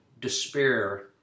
despair